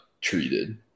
treated